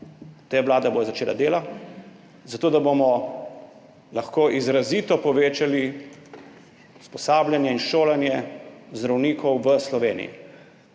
te vlade bodo začela delati zato, da bomo lahko izrazito povečali usposabljanje in šolanje zdravnikov v Sloveniji.